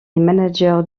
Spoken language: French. manager